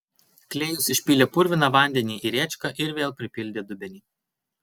klėjus išpylė purviną vandenį į rėčką ir vėl pripildė dubenį